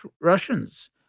Russians